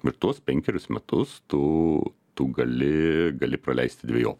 ir tuos penkerius metus tu tu gali gali praleisti dvejopai